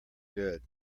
good